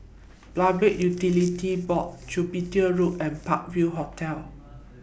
Public Utilities Board Jupiter Road and Park View Hotel